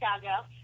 Chicago